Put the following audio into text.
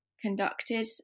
conducted